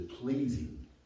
pleasing